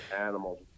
animals